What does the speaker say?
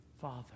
Father